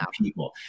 people